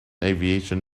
aviation